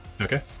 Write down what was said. Okay